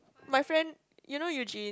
my friend you know Eugene